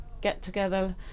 get-together